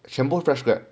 全部是 fresh grad